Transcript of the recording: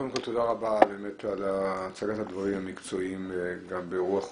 קודם כל תודה רבה על הצגת הדברים המקצועיים גם ברוח אופטימית,